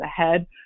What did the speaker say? ahead